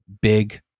big